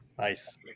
nice